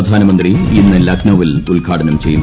പ്രധാനമന്ത്രി ഇന്ന് ലക്നൌവിൽ ഉദ്ഘാടനം ചെയ്യും